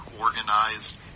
organized